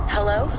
Hello